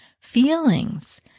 feelings